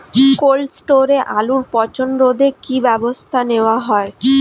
Cold স্টোরে আলুর পচন রোধে কি ব্যবস্থা নেওয়া হয়?